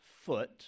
foot